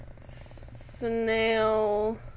Snail